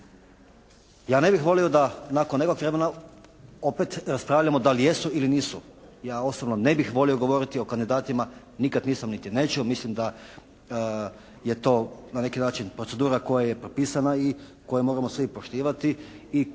Ja ne bih volio da nakon nekog vremena opet raspravljamo da li jesu ili nisu. Ja osobno ne bih volio govoriti o kandidatima, nikada nisam niti neću, mislim da je to na neki način procedura koja je propisana i koju moramo svi poštivati